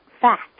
fact